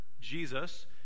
Jesus